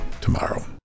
tomorrow